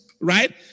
right